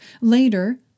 Later